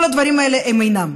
כל הדברים האלה אינם.